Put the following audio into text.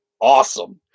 awesome